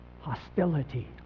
Hostility